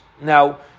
Now